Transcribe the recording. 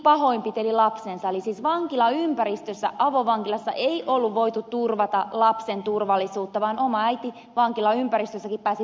eli siis vankilaympäristössä avovankilassa ei ollut voitu turvata lapsen turvallisuutta vaan oma äiti vankilaympäristössäkin pääsi pahoinpitelemään lapsensa